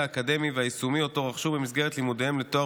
האקדמי והיישומי שרכשו במסגרת לימודיהם לתואר